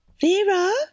Vera